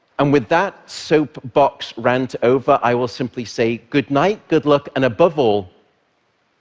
and with that soapbox rant over, i will simply say, good night, good luck, and above all.